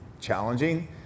challenging